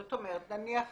זאת אומרת, נניח